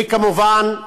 אני, כמובן,